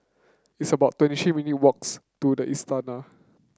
it's about twenty three minute walks to the Istana